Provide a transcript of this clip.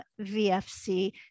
vfc